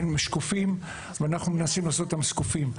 הם שקופים ואנחנו מנסים לעשות אותם זקופים.